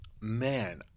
man